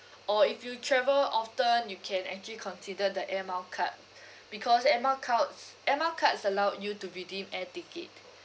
or if you travel often you can actually consider the air mile card because air mile cauds~ air miles cards allowed you to redeem air ticket